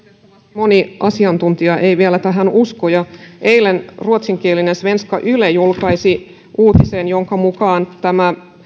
moni asiantuntija ei vielä tähän usko eilen ruotsinkielinen svenska yle julkaisi uutisen jonka mukaan